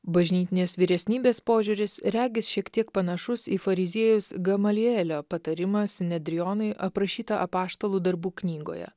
bažnytinės vyresnybės požiūris regis šiek tiek panašus į fariziejaus gamalielio patarimą sinedrionui aprašytą apaštalų darbų knygoje